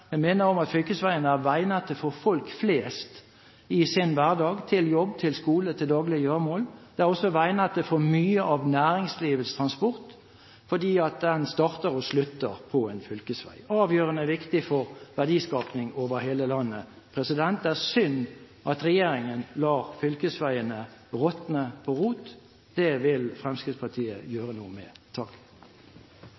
minner om at fylkesveiene er veinettet for folk flest i deres hverdag – til jobb, til skole, til daglige gjøremål. Det er også veinettet for mye av næringslivets transport, fordi den starter og slutter på en fylkesvei – avgjørende viktig for verdiskaping over hele landet. Det er synd at regjeringen lar fylkesveiene råtne på rot. Det vil Fremskrittspartiet